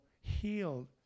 healed